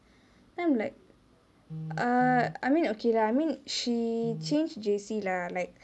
then I'm like err I mean okay lah she change J_C lah like